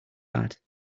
bad